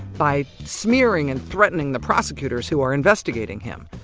by smearing and threatening the prosecutors who are investigating him,